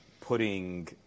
putting